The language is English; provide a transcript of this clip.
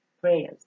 prayers